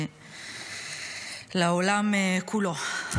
לעולם כולו.